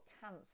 cancer